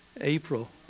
April